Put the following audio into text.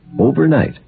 Overnight